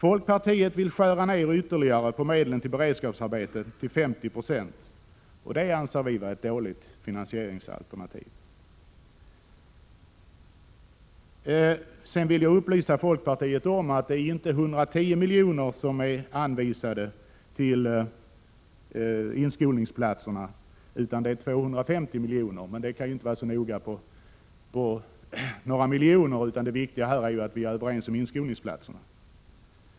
Folkpartiet vill skära ner ytterligare på medlen för beredskapsarbete, till 50 20, och det anser vi vara ett dåligt finansieringsalternativ. Sedan vill jag upplysa folkpartiet om att det inte är 110 milj.kr. som är anvisade till inskolningsplatserna, utan 250 milj.kr. Men en skillnad på några miljoner kan ju inte ha så stor betydelse, utan det viktigaste är att vi är överens om inskolningsplatserna.